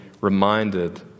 reminded